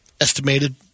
Estimated